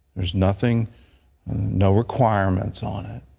there is nothing no requirements on it.